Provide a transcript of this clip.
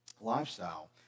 lifestyle